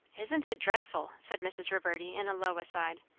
isn't it dreadful! said mrs. reverdy in a low aside.